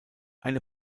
eine